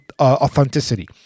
authenticity